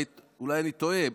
אולי אני טועה.